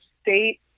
state